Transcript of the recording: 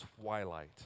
twilight